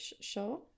sure